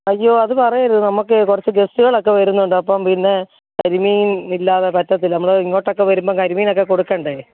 അയ്യോ അത് പറയരുത് നമുക്കേ കുറച്ച് ഗസ്റ്റുകൾ ഒക്കെ വരുന്നുണ്ട് അപ്പം പിന്നെ കരിമീൻ ഇല്ലാതെ പറ്റത്തില്ല നമ്മൾ ഇങ്ങോട്ടൊക്കെ വരുമ്പോൾ കരിമീൻ ഒക്കെ കൊടുക്കേണ്ടേ